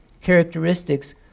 characteristics